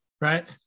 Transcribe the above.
right